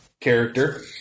character